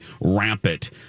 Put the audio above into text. rampant